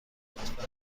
لطفا